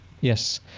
Yes